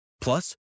Plus